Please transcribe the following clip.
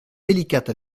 délicate